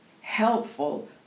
helpful